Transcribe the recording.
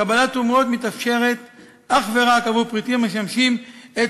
קבלת תרומות מתאפשרת אך ורק עבור פריטים המשמשים את